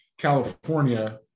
California